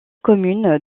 commune